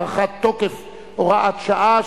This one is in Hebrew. הארכת תוקף הוראת שעה),